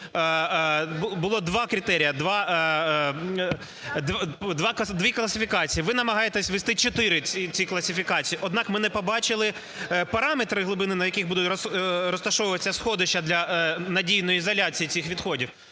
було два критерії, дві класифікації. А ви намагаєтесь ввести чотири цих кваліфікації. Однак, ми не побачили параметри глибини на яких будуть розташовуватися сховища для надійної ізоляції цих відходів.